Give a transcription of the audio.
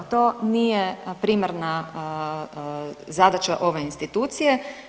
To nije primarna zadaća ove institucije.